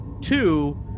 Two